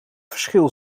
verschil